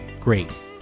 great